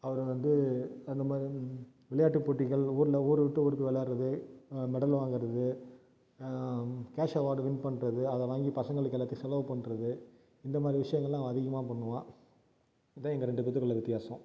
அவர் வந்து அந்தமாதிரி விளையாட்டு போட்டிகள் ஊரில் ஊர் விட்டு ஊர் போய் விளையாடுறது மெடல் வாங்கிறது கேஷ் அவார்டு வின் பண்ணுறது அதை வாங்கி பசங்களுக்கு எல்லாத்தையும் செலவு பண்ணுறது இந்தமாதிரி விஷயங்கள்லாம் அவன் அதிகமாக பண்ணுவான் இதுதான் எங்கள் ரெண்டு பேர்த்துக்கும் உள்ள வித்தியாசம்